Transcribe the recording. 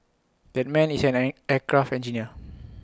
that man is an air aircraft engineer